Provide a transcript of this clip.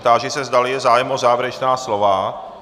Táži se, zdali je zájem o závěrečná slova.